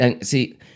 See